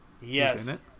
yes